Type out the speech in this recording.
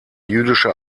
jüdische